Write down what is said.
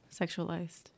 sexualized